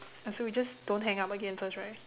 ya so we just don't hang up again first right